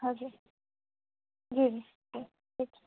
હા જી જી જી ઠીક છે